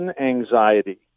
anxiety